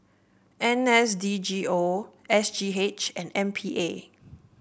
N S D G O S G H and M P A